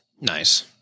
Nice